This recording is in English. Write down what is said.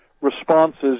responses